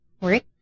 Work